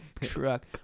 truck